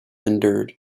endured